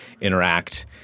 interact